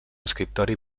escriptori